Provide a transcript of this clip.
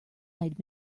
eyed